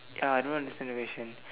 I don't understand the question